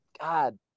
God